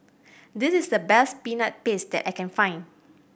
this is the best Peanut Paste that I can find